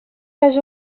les